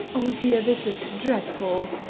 oh, dear, this is dreadful!